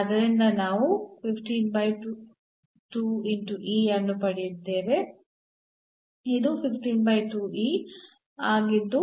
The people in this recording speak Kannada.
ಆದ್ದರಿಂದ ನಾವು ಅನ್ನು ಪಡೆಯುತ್ತೇವೆ ಇದು ಆಗಿದ್ದು